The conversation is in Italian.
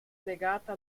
legata